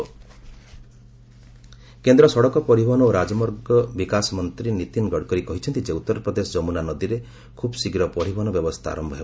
Gadkari water transport କେନ୍ଦ୍ର ସଡ଼କ ପରିବହନ ଓ ରାଜମାର୍ଗ ବିକାଶ ମନ୍ତ୍ରୀ ନୀତିନ ଗଡ଼କରୀ କହିଛନ୍ତି ଯେ ଉତ୍ତରପ୍ରଦେଶ ଯମୁନା ନଦୀରେ ଖୁବ୍ଶୀଘ୍ର ପରିବହନ ବ୍ୟବସ୍ଥା ଆରମ୍ଭ ହେବ